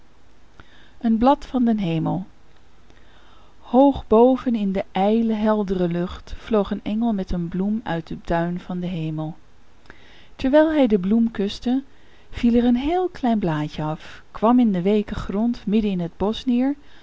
een blad van den hemel hoog boven in de ijle heldere lucht vloog een engel met een bloem uit den tuin van den hemel terwijl hij de bloem kuste viel er een heel klein blaadje af kwam in den weeken grond midden in het bosch neer